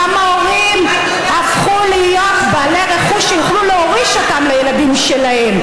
כמה הורים הפכו להיות בעלי רכוש שיוכלו להוריש אותו לילדים שלהם,